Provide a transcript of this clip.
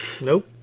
Nope